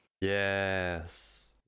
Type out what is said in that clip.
Yes